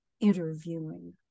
interviewing